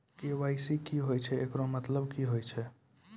KYC की होय छै, एकरो मतलब की होय छै?